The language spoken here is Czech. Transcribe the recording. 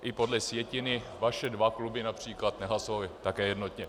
I podle sjetiny vaše dva kluby například nehlasovaly také jednotně.